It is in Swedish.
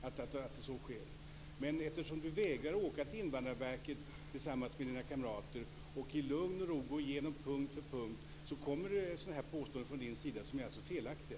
Eftersom Ulla Hoffmann vägrar att åka till Invandrarverket tillsammans med sina kamrater och i lugn och ro gå igenom punkt för punkt, kommer sådana här påståenden som alltså är felaktiga.